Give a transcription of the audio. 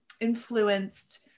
influenced